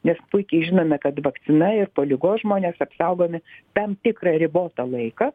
nes puikiai žinome kad vakcina ir po ligos žmonės apsaugomi tam tikrą ribotą laiką